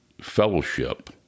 fellowship